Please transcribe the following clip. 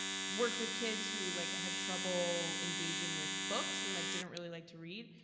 worked with kids who like had trouble engaging with books, and like didn't really like to read.